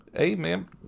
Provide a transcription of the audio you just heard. amen